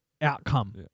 outcome